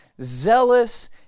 zealous